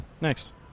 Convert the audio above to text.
next